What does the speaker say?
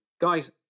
Guys